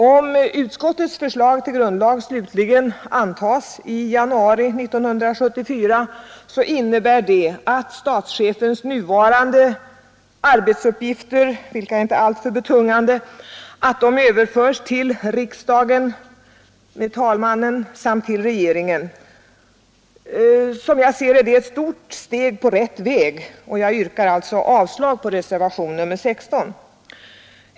Om utskottets förslag till grundlag slutligen antages i januari 1974 innebär det att statschefens nuvarande arbetsuppgifter — vilka inte är alltför betungande — överförs till riksdagen och dess talman samt till regeringen, vilket är ett stort steg på rätt väg. Jag yrkar alltså avslag på reservationen 16.